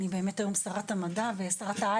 אני באמת היום שרת המדע וההייטק,